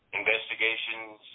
investigations